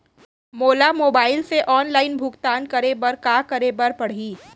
मोला मोबाइल से ऑनलाइन भुगतान करे बर का करे बर पड़ही?